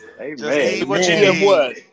Amen